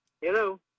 Hello